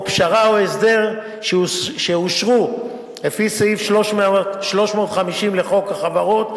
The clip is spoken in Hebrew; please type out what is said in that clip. או פשרה או הסדר שאושרו לפי סעיף 350 לחוק החברות,